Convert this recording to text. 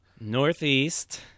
Northeast